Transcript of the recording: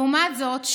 לעומת זאת,